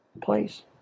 place